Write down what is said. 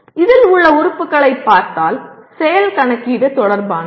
இதில் உள்ள உறுப்புகளைப் பார்த்தால் செயல் கணக்கீடு தொடர்பானது